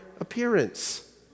appearance